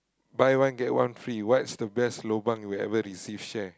buy one get one free what's the best lobang you ever receive share